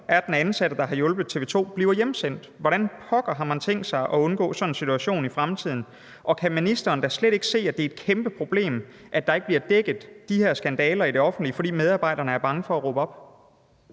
at den ansatte, der har hjulpet TV 2, bliver hjemsendt. Hvordan pokker har man tænkt sig at undgå sådan en situation i fremtiden? Og kan ministeren da slet ikke se, at det er et kæmpe problem, at de her skandaler i det offentlige ikke bliver dækket, fordi medarbejderne er bange for at råbe op?